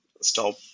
stop